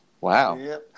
Wow